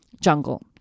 jungle